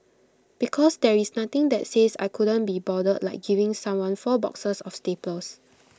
because there is nothing that says I couldn't be bothered like giving someone four boxes of staples